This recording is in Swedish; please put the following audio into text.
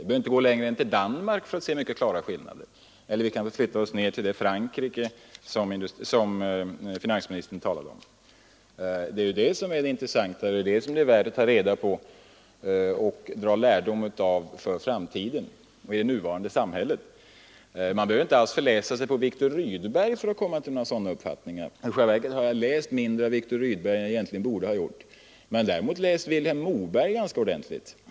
Vi behöver inte gå längre än till Danmark för att se mycket klara skillnader, eller också kan vi flytta oss ner till det Frankrike som finansministern talade om. Det är ju detta som är det intressanta och det som är värt att ta reda på och dra lärdom av i det nuvarande samhället för framtiden. Man behöver inte alls förläsa sig på Viktor Rydberg för att komma till sådana uppfattningar. I själva verket har jag läst mindre av Viktor Rydberg än jag borde ha gjort; däremot har jag läst Vilhelm Moberg ganska ordentligt.